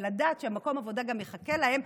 ולדעת שמקום העבודה גם יחכה להם,